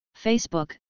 Facebook